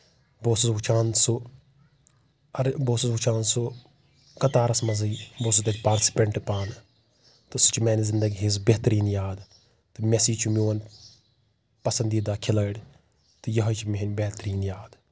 بہٕ اوسُس وٕچھان سُہ بہٕ اوسُس وٕچھان سُہ قترس منٛزٕے بہٕ اوسُس تَتہِ پارٹسپینٹ پانہٕ تہٕ سُہ چھِ میانہِ زنٛدگی ہٕنٛز بہتریٖن یاد تہٕ میسی چھُ میون پسنٛدیٖدہ کھِلٲڈۍ تہٕ یِہوے چھےٚ میٲنۍ بہتریٖن یاد